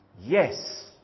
Yes